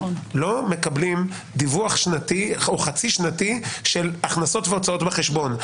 לא מקבלים דיווח שנתי או חצי שנתי של הכנסות והוצאות בחשבון.